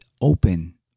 open